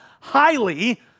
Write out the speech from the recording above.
highly